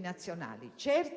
nazionali.